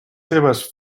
seves